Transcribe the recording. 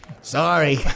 Sorry